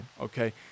okay